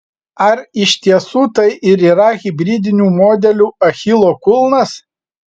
ar iš tiesų tai ir yra hibridinių modelių achilo kulnas